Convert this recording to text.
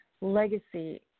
legacy